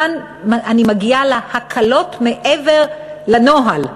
כאן אני מגיעה להקלות שמעבר לנוהל,